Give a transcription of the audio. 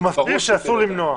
הוא מסביר שאסור למנוע.